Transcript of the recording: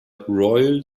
royal